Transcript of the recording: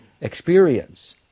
experience